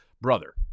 Brother